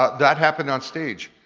ah that happened on stage.